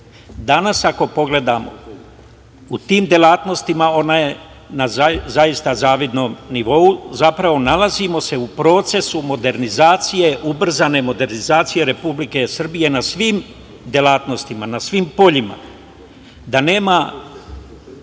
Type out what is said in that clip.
Danas ako pogledamo u tim delatnostima, ona je na zaista zavidnom nivou, zapravo nalazimo se u procesu modernizacije, ubrzane modernizacije Republike Srbije, na svim delatnostima i na svim poljima, da nema